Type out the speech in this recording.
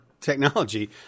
Technology